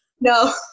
No